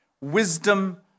Wisdom